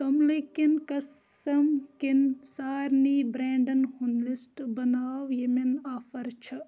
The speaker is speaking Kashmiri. توٚملٕکٮ۪ن قٕسٕم کٮ۪ن سارنی برٛٮ۪نڈن ہُنٛد لِسٹ بناو یِمن آفر چھُ